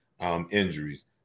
injuries